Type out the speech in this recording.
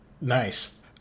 Nice